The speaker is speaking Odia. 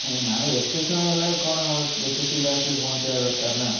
ଏ ନାଇଁ ଏତେ ସମୟ ହେଲାଣି କ'ଣ ଯେତେ ଶୀଘ୍ର ଆସିକି ପହଞ୍ଚିବା ଦରକାର ନା